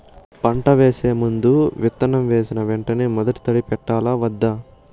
పంట వేసే ముందు, విత్తనం వేసిన వెంటనే మొదటి తడి పెట్టాలా వద్దా?